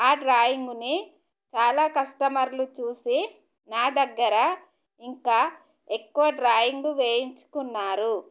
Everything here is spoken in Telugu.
ఆ డ్రాయింగుని చాలా కస్టమర్లు చూసి నా దగ్గర ఇంకా ఎక్కువ డ్రాయింగు వేయించుకున్నారు